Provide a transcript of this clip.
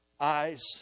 eyes